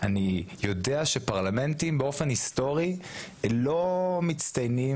אני יודע שפרלמנטים באופן היסטורי לא מצטיינים